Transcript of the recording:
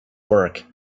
work